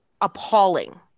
appalling